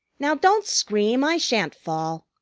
now don't scream. i shan't fall.